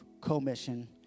commission